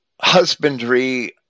husbandry